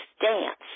dance